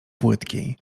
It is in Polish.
płytkiej